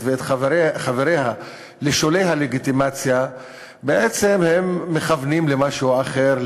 ואת חבריה לשולי הלגיטימציה בעצם מכוון למשהו אחר,